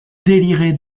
délirait